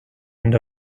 end